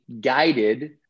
guided